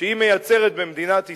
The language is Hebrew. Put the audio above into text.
שהיא מייצרת במדינת ישראל,